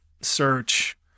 search